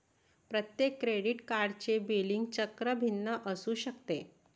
प्रत्येक क्रेडिट कार्डचे बिलिंग चक्र भिन्न असू शकते